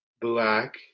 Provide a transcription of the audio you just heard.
black